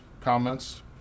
comments